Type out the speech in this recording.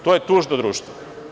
To je tužno društvo.